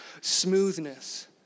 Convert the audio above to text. smoothness